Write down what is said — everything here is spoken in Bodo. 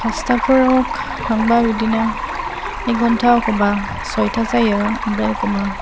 फासथा फोराव थांबा बिदिनो एक घन्टा एखमबा सयथा जायो ओमफ्राय एखमबा